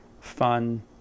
fun